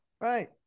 Right